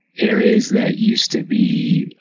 areas that used to be